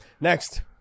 Next